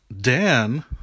Dan